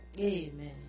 Amen